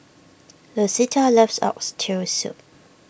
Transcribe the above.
Lucetta loves Oxtail Soup